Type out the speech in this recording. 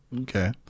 Okay